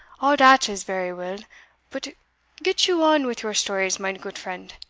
all dat is vary well but get you on with your stories, mine goot friend,